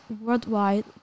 worldwide